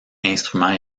instruments